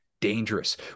Dangerous